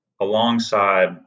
alongside